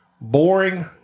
boring